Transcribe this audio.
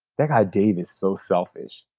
that guy, dave, is so selfish.